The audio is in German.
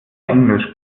englisch